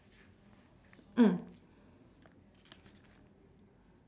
mm